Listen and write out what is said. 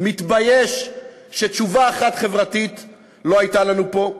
מתבייש שתשובה אחת חברתית לא הייתה לנו פה,